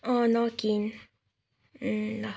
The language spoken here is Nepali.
अँ नकिन् ल